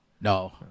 No